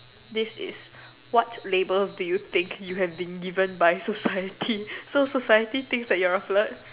this is what label do you think you have been given by society so society thinks that you are a flirt